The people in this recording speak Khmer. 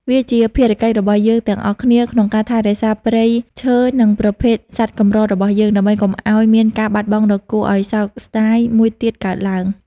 វាជាភារកិច្ចរបស់យើងទាំងអស់គ្នាក្នុងការថែរក្សាព្រៃឈើ និងប្រភេទសត្វកម្ររបស់យើង ដើម្បីកុំឱ្យមានការបាត់បង់ដ៏គួរឱ្យសោកស្តាយមួយទៀតកើតឡើង។